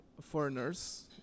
foreigners